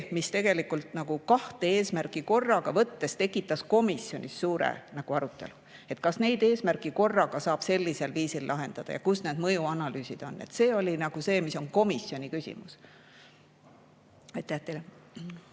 mis tegelikult kahte eesmärki korraga võttes tekitas komisjonis suure arutelu, kas neid eesmärke korraga saab sellisel viisil lahendada ja kus need mõjuanalüüsid on. See oli küsimus, mis komisjonis tekkis.